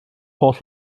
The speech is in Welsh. holl